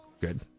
good